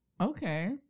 Okay